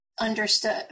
understood